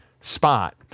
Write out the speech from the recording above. spot